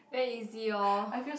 very easy orh